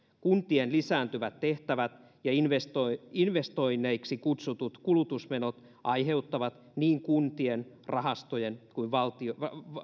kuntien lisääntyvät tehtävät ja investoinneiksi kutsutut kulutusmenot heikentävät niin kuntien rahastojen kuin